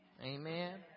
amen